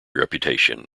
reputation